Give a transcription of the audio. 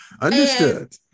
Understood